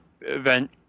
event